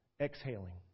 exhaling